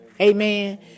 Amen